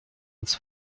uns